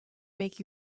make